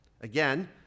Again